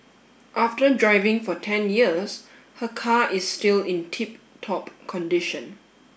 after driving for ten years her car is still in tip top condition